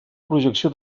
projecció